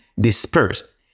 dispersed